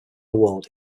award